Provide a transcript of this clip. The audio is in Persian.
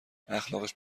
اخلاقش